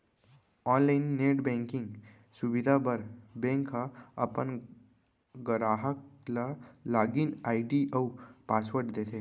online net banking सुबिधा बर bank ह अपन गराहक ल लॉगिन आईडी अउ पासवर्ड देथे